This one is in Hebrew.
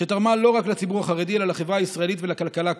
שתרמה לא רק לציבור החרדי אלא לחברה הישראלית ולכלכלה כולה.